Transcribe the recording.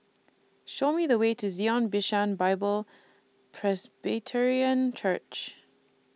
Show Me The Way to Zion Bishan Bible Presbyterian Church